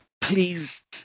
please